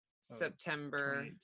September